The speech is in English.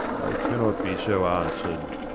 i cannot be so answer'd.